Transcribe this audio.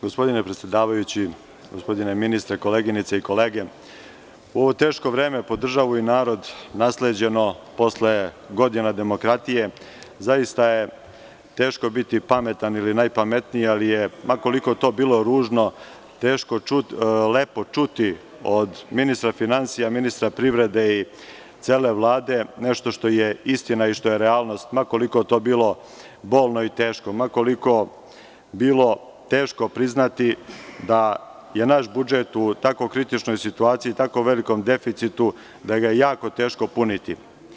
Gospodine predsedavajući, gospodine ministre, koleginice i kolege, u ovo teško vreme po državu i narod, nasleđeno posle godina demokratije, zaista je teško biti pametan ili najpametniji ali je, ma koliko to bilo ružno, teško lepo čuti od ministra finansija, ministra privrede i cele Vlade nešto što je istina i što je realnost, ma koliko to bilo bolno i teško, ma koliko bilo teško priznati da je naš budžet u tako kritičnoj situaciji i tako velikom deficitu, da ga je jako teško puniti.